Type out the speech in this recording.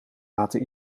laten